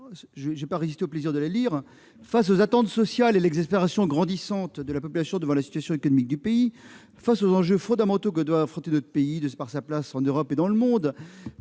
Je n'ai pas résisté au plaisir de lire l'objet de la motion :« Face aux attentes sociales et l'exaspération grandissante de la population devant la situation économique du pays, face aux enjeux fondamentaux que doit affronter notre pays, de par sa place en Europe et dans le monde,